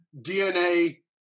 dna